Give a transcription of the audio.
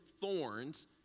thorns